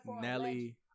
Nelly